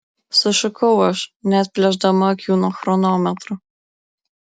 sušukau aš neatplėšdama akių nuo chronometro